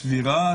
סבירה,